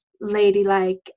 ladylike